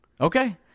Okay